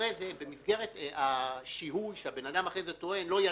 במסגרת השיהוי שהבן אדם טוען: לא ידעתי,